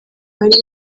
bari